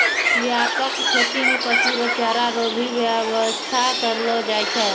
व्यापक खेती मे पशु रो चारा रो भी व्याबस्था करलो जाय छै